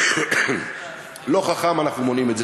אנחנו מונעים את זה.